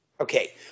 Okay